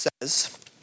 says